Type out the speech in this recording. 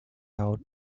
out